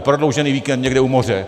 Prodloužený víkend někde u moře.